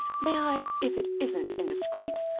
may i, if it isn't indiscreet,